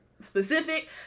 specific